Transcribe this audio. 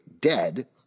dead